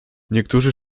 niektórzy